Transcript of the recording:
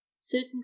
certain